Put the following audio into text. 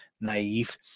naive